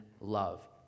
love